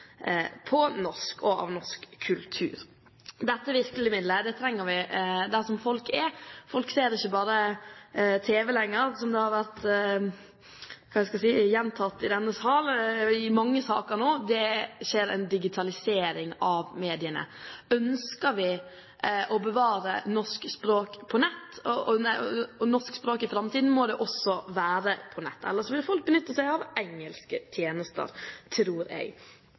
på norsk og av norsk kultur. Dette virkemidlet trenger vi der folk er. Folk ser ikke lenger bare på tv, slik det har vært gjentatt i denne sal i mange saker nå – det skjer en digitalisering av mediene. Ønsker vi å bevare norsk språk i framtiden, må det også være på nett. Ellers tror jeg folk vil benytte seg av engelske tjenester. Jeg